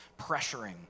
pressuring